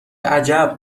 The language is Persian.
عجب